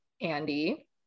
Andy